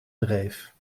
dreef